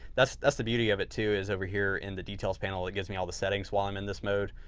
that's that's the beauty of it too, is over here in the details panel. it gives me all the settings while i'm in this mode.